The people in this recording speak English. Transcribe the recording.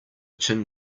tin